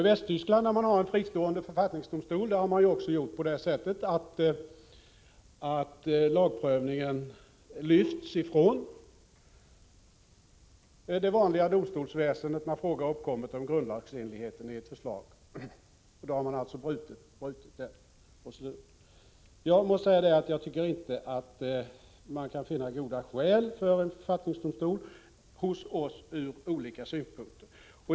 I Västtyskland, där det finns en fristående författningsdomstol, har man gjort på det sättet att lagprövningen lyfts ifrån det vanliga domstolsväsendet, när fråga uppkommit om grundlagsenligheten i ett förslag. Då har man alltså brutit ut frågan. Jag måste säga att jag ur olika synpunkter anser att det inte går att finna goda skäl för inrättande av en författningsdomstol här i Sverige.